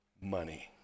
money